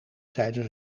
tijdens